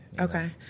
Okay